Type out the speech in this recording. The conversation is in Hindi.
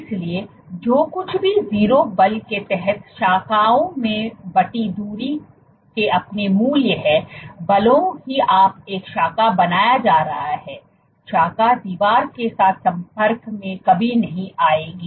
इसलिए जो कुछ भी 0 बल के तहत शाखाओं में बंटी दूरी के अपने मूल्य है भले ही आप एक शाखा बनाया जा रहा है शाखा दीवार के साथ संपर्क में कभी नहीं आएगी